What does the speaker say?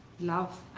Love